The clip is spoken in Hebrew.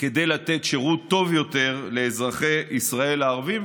כדי לתת שירות טוב יותר לאזרחי ישראל הערבים,